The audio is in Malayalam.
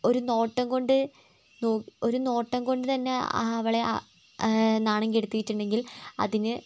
ഒരു നോട്ടം കൊണ്ട് നോ ഒരു നോട്ടം കൊണ്ട് തന്നെ അവളെ നാണം കെടുത്തിയിട്ടുണ്ടെങ്കിൽ അതിന്